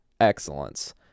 excellence